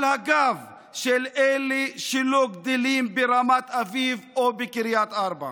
על הגב של אלה שלא גדלים ברמת אביב או בקריית ארבע.